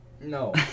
No